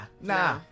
nah